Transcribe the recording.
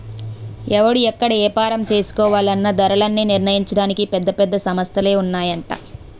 ఎవడు ఎక్కడ ఏపారం చేసుకోవాలన్నా ధరలన్నీ నిర్ణయించడానికి పెద్ద పెద్ద సంస్థలే ఉన్నాయట